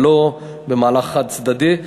ולא במהלך חד-צדדי,